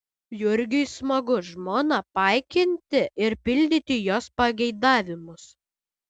jurgiui smagu žmoną paikinti ir pildyti jos pageidavimus